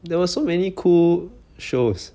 there were so many cool shows